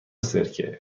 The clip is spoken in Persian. سرکه